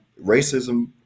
Racism